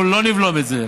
אנחנו לא נבלום את זה,